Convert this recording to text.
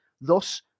thus